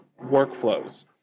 workflows